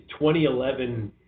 2011